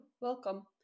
welcome